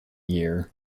year